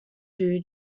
two